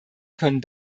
können